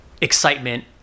excitement